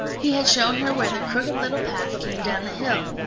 he had shown her where the crooked little path came down the hill.